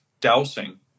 dousing